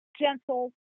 gentle